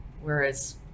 Whereas